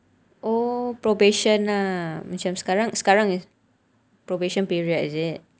oh probation ah macam sekarang sekarang is probation period is it